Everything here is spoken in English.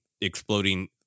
exploding